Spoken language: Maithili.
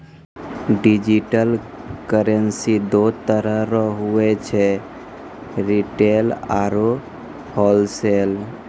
डिजिटल करेंसी दो तरह रो हुवै छै रिटेल आरू होलसेल